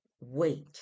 wait